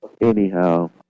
anyhow